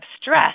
stress